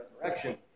resurrection